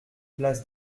place